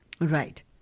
Right